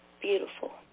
beautiful